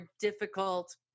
difficult